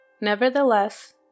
Nevertheless